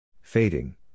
Fading